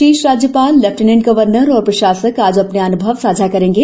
शेष राज्यपाल lieutenant governor एवं प्रशासक आज अपने अन्भव साझा करेंगे